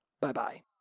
Bye-bye